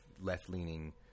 left-leaning –